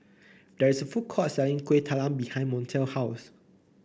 there is a food court selling Kuih Talam behind Montel's house